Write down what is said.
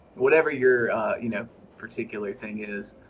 whatever your you know particular thing is.